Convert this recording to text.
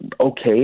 okay